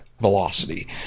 velocity